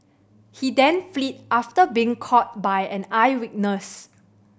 he then fled after being caught by an eyewitness